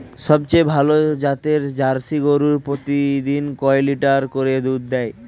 সবথেকে ভালো জাতের জার্সি গরু প্রতিদিন কয় লিটার করে দুধ দেয়?